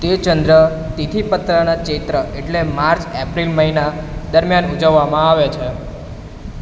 તે ચંદ્ર તિથિપત્રના ચૈત્ર એટલે માર્ચ એપ્રિલ મહિના દરમિયાન ઉજવામાં આવે છે